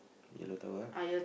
yellow tower ah